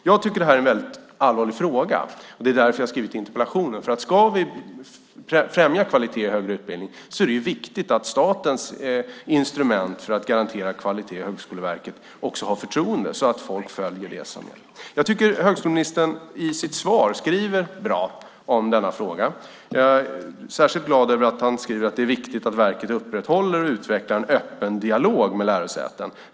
Jag tycker att det är en allvarlig fråga. Det är därför jag har skrivit interpellationen. Ska vi främja kvalitet i högre utbildning är det viktigt att statens instrument för att garantera kvalitet i högskolan också har förtroende. Högskoleministern skriver bra om denna fråga i sitt svar. Jag är särskilt glad att han skriver: "Det är viktigt att verket upprätthåller och utvecklar en öppen dialog med lärosätena.